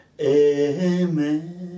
amen